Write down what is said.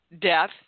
death